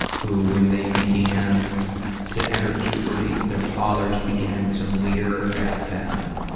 who, when they began to enter puberty, their fathers began to leer at them.